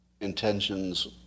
intentions